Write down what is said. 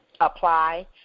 apply